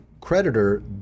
creditor